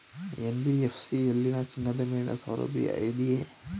NBFC ಯಲ್ಲಿ ಚಿನ್ನದ ಮೇಲೆ ಸಾಲಸೌಲಭ್ಯ ಇದೆಯಾ?